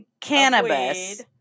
cannabis